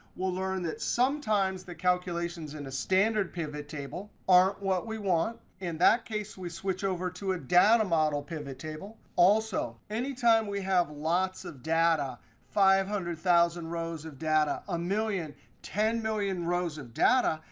we'll learn that sometimes the calculations in a standard pivottable aren't what we want. in that case, we switch over to a data model pivottable. also, anytime we have lots of data, five hundred thousand rows of data, a million, ten million rows of data,